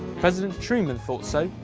president truman thought so.